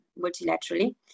multilaterally